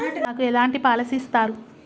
నాకు ఎలాంటి పాలసీ ఇస్తారు?